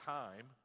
time